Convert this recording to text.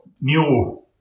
new